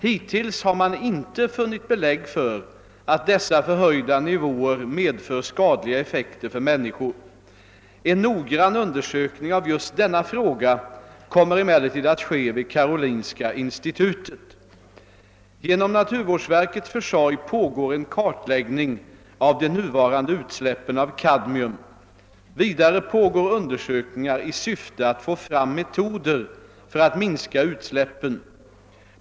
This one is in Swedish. Hittills har man inte funnit belägg för att dessa förhöjda nivåer medför skadliga effekter för människor. En noggrann undersökning av just denna fråga kommer emellertid att ske vid Karolinska institutet. Genom naturvårdsverkets försorg pågår en kartläggning av de nuvarande utsläppen av kadmium. Vidare pågår undersökningar i syfte att få fram metoder för att minska utsläppen.